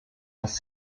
dass